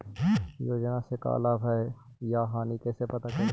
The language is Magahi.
योजना से का लाभ है या हानि कैसे पता करी?